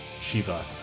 Shiva